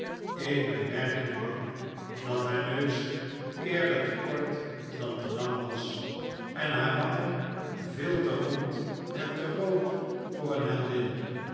ik ben werkelijk bang dat haar neus eerder te kort dan te lang was en haar wangen veel te rond en te rood voor een heldin